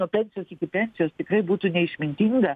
nuo pensijos iki pensijos tikrai būtų neišmintinga